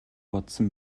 бодсон